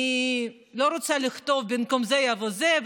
אני לא רוצה לכתוב: במקום זה יבוא זה.